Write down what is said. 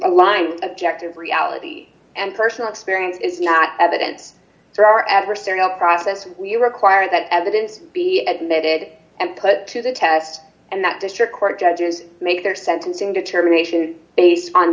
aligned objective reality and personal experience is not evidence for our adversarial process we require that evidence be admitted and put to the test and that district court judges make their sentencing determination based on